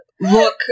look